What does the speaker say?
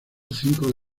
cinco